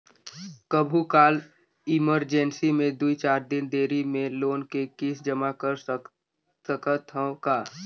कभू काल इमरजेंसी मे दुई चार दिन देरी मे लोन के किस्त जमा कर सकत हवं का?